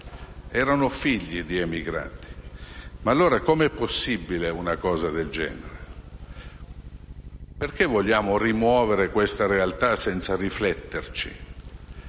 erano figli di emigrati. Come è possibile allora una cosa del genere? Perché vogliamo rimuovere questa realtà senza riflettere?